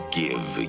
give